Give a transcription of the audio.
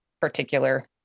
particular